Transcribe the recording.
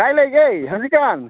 ꯀꯥꯏ ꯂꯩꯒꯦ ꯍꯧꯖꯤꯛꯀꯥꯟ